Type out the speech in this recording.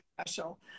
special